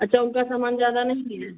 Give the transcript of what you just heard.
अच्छा उनका सामान ज़्यादा नहीं गया है